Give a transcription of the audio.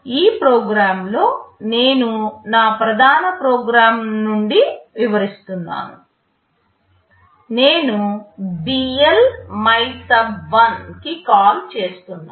ఈ ప్రోగ్రామ్లో నేను నా ప్రధాన ప్రోగ్రామ్ నుండి వివరిస్తున్నాను నేను BL MYSUB1 కి కాల్ చేస్తున్నాను